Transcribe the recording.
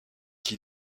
qui